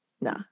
No